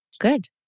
Good